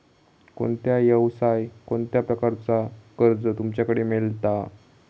कोणत्या यवसाय कोणत्या प्रकारचा कर्ज तुमच्याकडे मेलता?